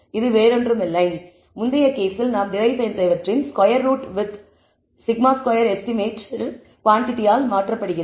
இது ஒன்றுமில்லை முந்தைய விஷயத்தில் நாம் டெரிவ் செய்தவற்றின் square root with σ2 estimated quantity ஆல் மாற்றப்படுகிறது